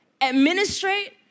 administrate